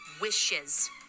wishes